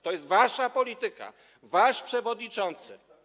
To jest wasza polityka, wasz przewodniczący.